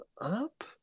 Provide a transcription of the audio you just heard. up